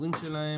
לכישורים שלהם.